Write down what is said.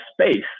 space